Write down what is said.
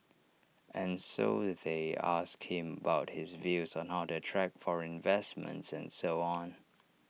and so they asked him about his views on how to attract foreign investments and so on